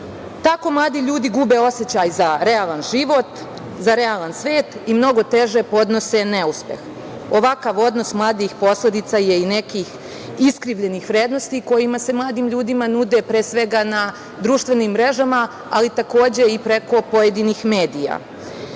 Tako mladi ljudi gube osećaj za realan život, za realan svet i mnogo teže podnose neuspeh. Ovakav odnos mladih ljudi posledica je i nekih iskrivljenih vrednosti koji se mladim ljudima nude, pre svega na društvenim mrežama, ali takođe i preko pojedinih medija.